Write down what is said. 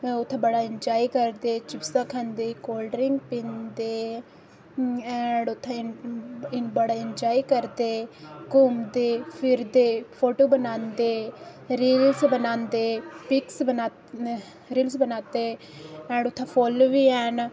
उत्थें बड़ा इंजाय करदे चिप्सां खंदे कोल्ड ड्रिंक पींदे उत्थें बड़े इंजाय करदे घूमदे फिरदे फोटो बनांदे रीलस बनांदे पिक्स बन रीलस बनाते उत्थें फुल्ल बी हैन